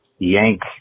Yank